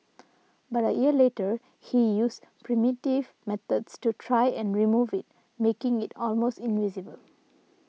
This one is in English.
but a year later he used primitive methods to try and remove it making it almost invisible